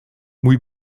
mój